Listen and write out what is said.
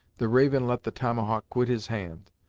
the raven let the tomahawk quit his hand.